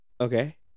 Okay